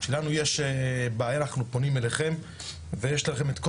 כשלנו יש בעיה אנחנו פונים אליכם ויש לכם את כל